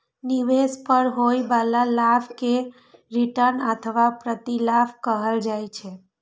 निवेश पर होइ बला लाभ कें रिटर्न अथवा प्रतिलाभ कहल जाइ छै